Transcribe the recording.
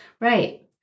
Right